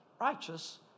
righteous